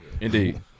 Indeed